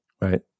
right